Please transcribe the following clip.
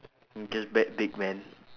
I'm gonna bet big man